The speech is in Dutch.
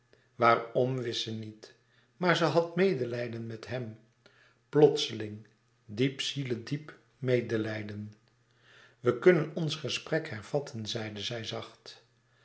waarom wist ze niet maar ze had medelijden met hem plotseling diep zielediep medelijden we kunnen ons gesprek hervatten zeide zij zacht